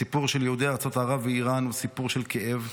הסיפור של יהודי ארצות ערב ואיראן הוא סיפור של כאב,